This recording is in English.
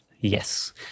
Yes